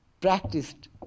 practiced